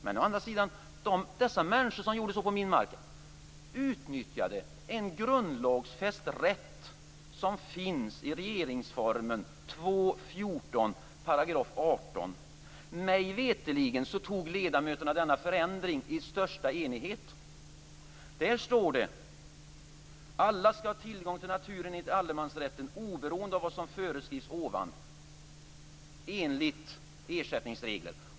Men de människor som gjorde så på min mark utnyttjade en grundlagsfäst rätt som finns i regeringsformen 2 kap. 18 §. Mig veterligen antog ledamöterna denna förändring i största enighet. Där står: "Alla skall ha tillgång till naturen enligt allemansrätten oberoende av vad som föreskrivits ovan."